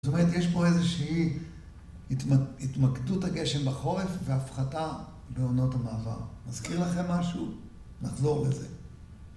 זאת אומרת, יש פה איזושהי התמקדות הגשם בחורף והפחתה בעונות המעבר. מזכיר לכם משהו? נחזור לזה.